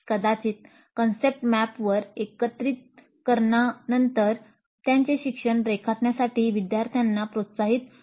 कदाचित कन्सेप्ट मॅपवर एकत्रिकरणा नंतर त्यांचे शिक्षण रेखाटण्यासाठी विद्यार्थ्यांना प्रोत्साहित करा